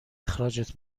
اخراجت